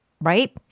Right